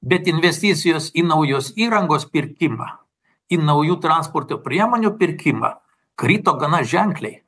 bet investicijos į naujos įrangos pirkimą į naujų transporto priemonių pirkimą krito gana ženkliai